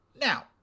Now